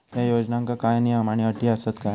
त्या योजनांका काय नियम आणि अटी आसत काय?